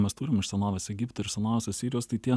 mes turim iš senovės egipto ir senovės asirijos tai tie